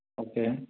okay